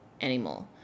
anymore